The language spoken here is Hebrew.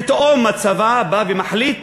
פתאום הצבא בא ומחליט